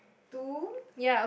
to